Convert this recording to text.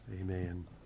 Amen